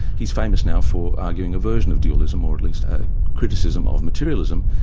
he's famous now for arguing a version of dualism, or at least a criticism of materialism,